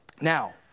Now